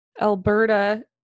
Alberta